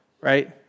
right